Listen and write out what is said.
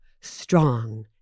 strong